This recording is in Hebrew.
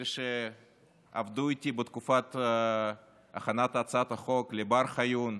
אלה שעבדו איתי בתקופת הכנת הצעת החוק, בר חיון,